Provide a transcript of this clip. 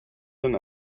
than